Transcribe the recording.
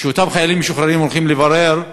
וכשאותם חיילים משוחררים הולכים לברר,